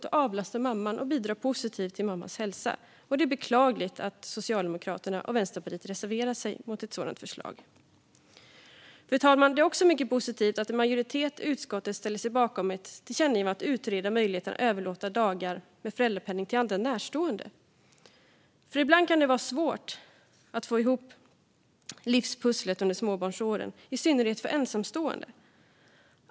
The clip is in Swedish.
Det kan avlasta mamman och bidra positivt till mammans hälsa. Det är beklagligt att Socialdemokraterna och Vänsterpartiet reserverar sig mot ett sådant förslag. Fru talman! Det är mycket positivt att en majoritet i utskottet ställer sig bakom ett tillkännagivande som föreslås om att utreda möjligheten att överlåta dagar med föräldrapenning till andra närstående. Ibland kan det vara svårt att få livspusslet att gå ihop under småbarnsåren, i synnerhet för ensamstående.